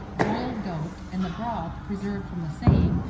boiled goat, and the broth preserved from the same,